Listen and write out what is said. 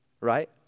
right